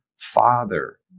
Father